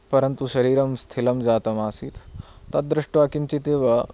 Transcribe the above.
परन्तु शरीरं स्थिलं जातमासीत् तद्दृष्ट्वा किञ्चिदिव